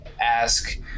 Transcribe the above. ask